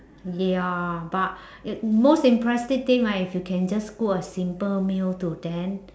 ya but m~ most impressive thing right if you can just cook a simple meal to them